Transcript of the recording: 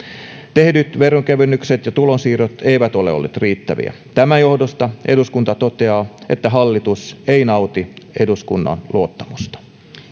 tehdyt veronkevennykset ja tulonsiirrot eivät ole olleet riittäviä tämän johdosta eduskunta toteaa että hallitus ei nauti eduskunnan luottamusta